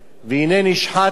והנה נשחתה